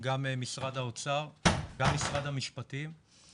הפיליבסטרים תהיה להם תוצאה כמו אתמול -- זה דווקא עזר לנו.